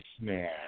man